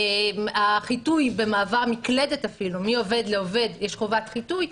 חיטוי במעבר מקלדת אפילו מעובד לעובד יש חובת חיטוי.